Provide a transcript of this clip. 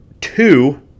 two